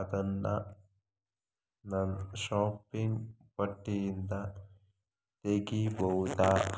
ಅದನ್ನು ನನ್ನ ಶಾಪಿಂಗ್ ಪಟ್ಟಿಯಿಂದ ತೆಗೆಭೌದೇ